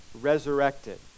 resurrected